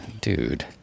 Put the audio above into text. dude